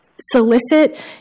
solicit